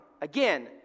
Again